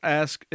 ask